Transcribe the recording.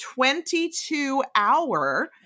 22-hour